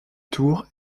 tour